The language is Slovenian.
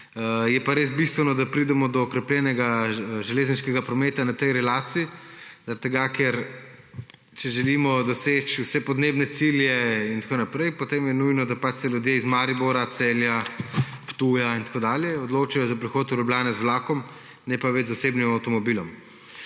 Je pa res bistveno, da pridemo od okrepljenega železniškega prometa na tej relaciji, zaradi tega ker če želimo doseči vse podnebne cilje in tako naprej, je nujno, da se ljudje iz Maribora, Celja, s Ptuja in tako dalje odločijo za prihod do Ljubljane z vlakom, ne pa več z osebnim avtomobilom.